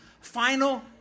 final